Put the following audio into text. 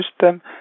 system